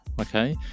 okay